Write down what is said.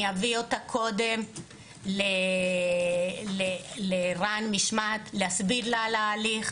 אני אביא אותה קודם לרע"ן משמעת להסביר לה על ההליך,